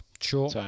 Sure